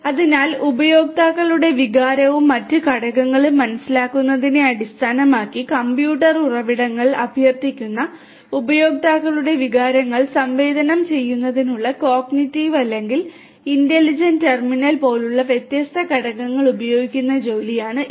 അതിനാൽ ഉപയോക്താക്കളുടെ വികാരങ്ങളും മറ്റ് ഘടകങ്ങളും മനസിലാക്കുന്നതിനെ അടിസ്ഥാനമാക്കി കമ്പ്യൂട്ടർ ഉറവിടങ്ങൾ അഭ്യർത്ഥിക്കുന്ന ഉപയോക്താക്കളുടെ വികാരങ്ങൾ സംവേദനം ചെയ്യുന്നതിനുള്ള കോഗ്നിറ്റീവ് അല്ലെങ്കിൽ ഇന്റലിജന്റ് ടെർമിനൽ പോലുള്ള വ്യത്യസ്ത ഘടകങ്ങൾ ഉപയോഗിക്കുന്ന ജോലിയാണ് ഇത്